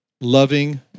loving